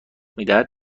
میدهد